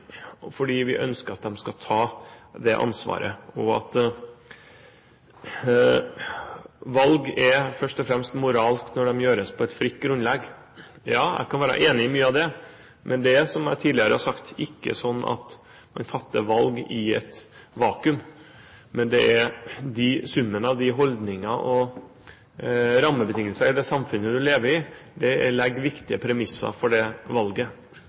fordi vi ønsker at de skal ta det ansvaret. Valg er først og fremst moralske når de gjøres på et fritt grunnlag. Ja, jeg kan være enig i mye av det, men det er ikke sånn, som jeg tidligere har sagt, at man fatter valg i et vakuum. Men summen av holdninger og rammebetingelser i det samfunnet man lever i, legger premisser for det valget.